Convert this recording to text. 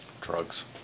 Drugs